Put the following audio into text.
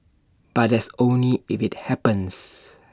but that's only if IT happens